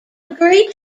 agree